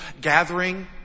gathering